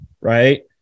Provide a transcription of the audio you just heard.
right